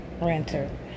renter